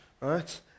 right